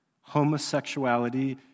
homosexuality